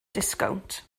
disgownt